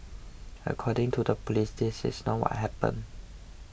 according to the police this is not why happened